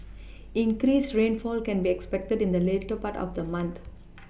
increased rainfall can be expected in the later part of the month